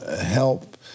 help